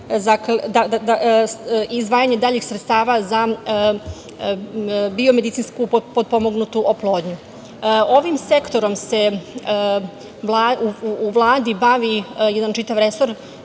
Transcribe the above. izdvajanje daljih sredstava za biomedicijsku potpomognutu oplodnju. Ovim sektorom se u Vladi bavi jedna čitav resor